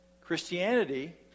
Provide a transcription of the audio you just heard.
christianity